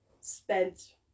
spent